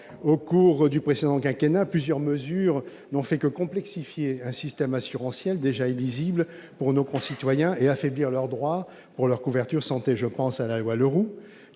Au cours du précédent quinquennat, plusieurs mesures n'ont fait que complexifier un système assurantiel déjà illisible pour nos concitoyens et affaiblir les droits de ces derniers pour leur couverture santé. Je pense à la loi du